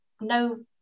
no